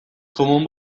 common